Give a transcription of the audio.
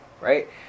right